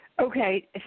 Okay